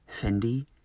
Fendi